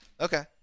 Okay